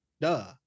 duh